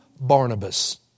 Barnabas